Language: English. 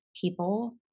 people